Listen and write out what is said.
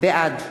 בעד